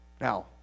Now